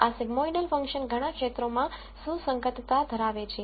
આ sigmoidal function ઘણાં ક્ષેત્રોમાં સુસંગતતા ધરાવે છે